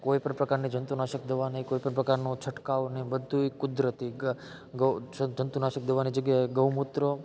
કોઈ પણ પ્રકારની જંતુનાશક દવા નહીં કોઈ પણ પ્રકારનો છંટકાવ નહીં બધુંય કુદરતી ગ ગૌ જંતુનાશક દવાની જગ્યાએ ગૌમૂત્ર